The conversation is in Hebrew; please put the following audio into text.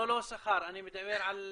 לא תנאי השכר, אני מדבר על